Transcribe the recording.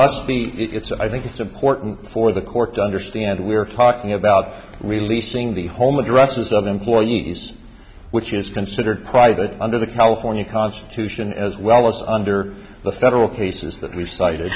must be it's i think it's important for the court understand we're talking about releasing the home addresses of employees which is considered private under the california constitution as well as under the federal cases that we've cite